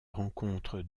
rencontre